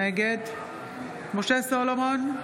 נגד משה סולומון,